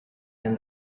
and